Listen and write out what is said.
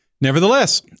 Nevertheless